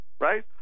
Right